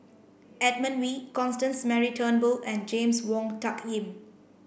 Edmund Wee Constance Mary Turnbull and James Wong Tuck Yim